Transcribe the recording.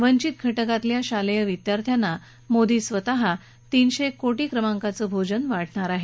वंचित घटकातल्या शालेय विद्यार्थ्यांना मोदी स्वतः तीनशे कोटी क्रमाकांचं भोजन वाढणार आहेत